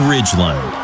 Ridgeland